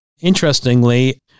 Interestingly